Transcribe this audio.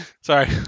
Sorry